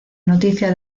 noticia